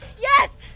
Yes